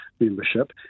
membership